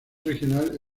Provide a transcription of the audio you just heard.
regional